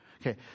Okay